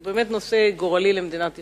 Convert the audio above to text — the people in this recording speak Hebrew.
הוא באמת נושא גורלי למדינת ישראל,